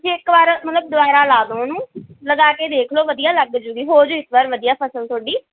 ਤੁਸੀਂ ਇੱਕ ਵਾਰ ਮਤਲਬ ਦੁਬਾਰਾ ਲਾ ਦਿਓ ਉਹਨੂੰ ਲਗਾ ਕੇ ਦੇਖ ਲਓ ਵਧੀਆ ਲੱਗ ਜੂਗੀ ਹੋਜੂ ਇਸ ਵਾਰ ਵਧੀਆ ਫਸਲ ਤੁਹਾਡੀ